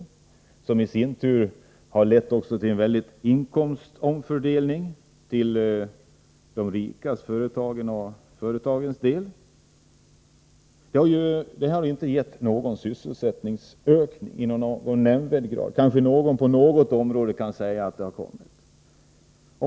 Detta har i sin tur lett till en väldig omfördelning till de rika företagen. Det har dock inte medfört någon nämnvärd sysselsättnirigsökning, kanske på något område.